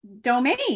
domain